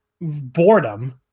boredom